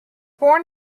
born